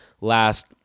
last